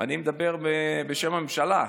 אני מדבר בשם הממשלה,